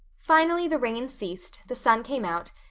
finally the rain ceased, the sun came out,